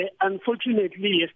Unfortunately